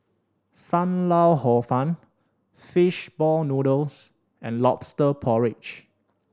Sam Lau Hor Fun Fish Ball Noodles and Lobster Porridge